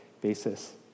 basis